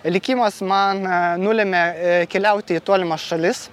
likimas man nulėmė keliauti į tolimas šalis